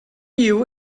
you